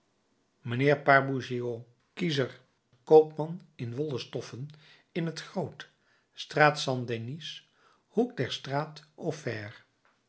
mijnheer pabourgeot kiezer koopman in wollen stoffen in t groot straat st denis hoek der straat